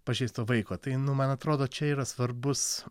pažeisto vaiko tai nu man atrodo čia yra svarbus